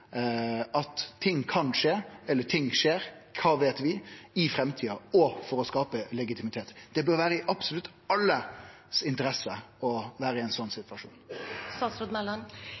at ting kan skje – eller at ting skjer, kva veit vi – i framtida, og for å skape legitimitet. Det bør vere i absolutt alles interesse å ha ein